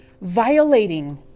violating